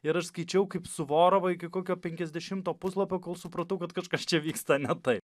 ir aš skaičiau kaip suvorovą iki kokio penkiasdešimto puslapio kol supratau kad kažkas čia vyksta ne taip